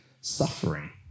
suffering